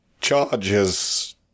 charges